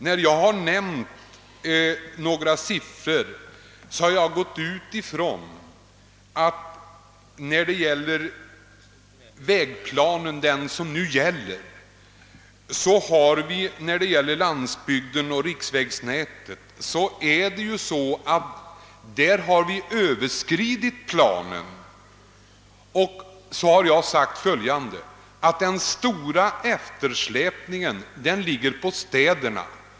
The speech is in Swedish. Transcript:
När jag har nämnt några siffror har jag utgått från att vi beträffande landsbygden och riksvägnätet har överskridit den nuvarande vägplanen, och jag har sagt följande: Den stora eftersläpningen gäller städerna.